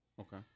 Okay